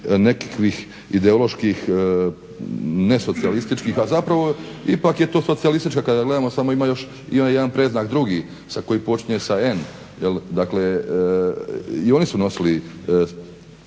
nekakvih ideoloških nesocijalističkih, a zapravo ipak je to socijalistička, kada gledamo ima još i onaj jedan predznak drugi koji počine sa n, dakle i oni su nosili